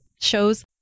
shows